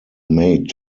made